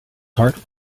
heart